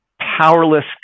powerless